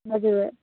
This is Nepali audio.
हजुर